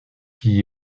qui